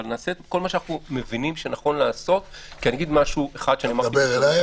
אבל נעשה כל מה שאנחנו מבינים שנכון לעשות כי --- אתה מדבר אליי,